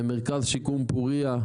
מרכז שיקום פורייה,